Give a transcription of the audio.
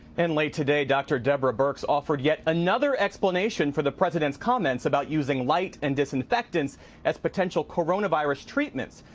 and late today, dr. debra birx offered yet another explanation for the president's comments about using light and disinfectant as potential coronavirus treatment.